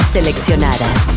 Seleccionadas